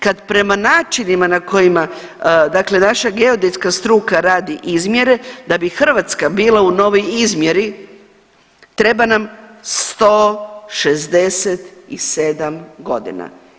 kad prema načinima na kojima dakle naša geodetska struka radi izmjere da bi Hrvatska bila u novoj izmjeri treba nam 167 godina.